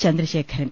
Chandrasekharan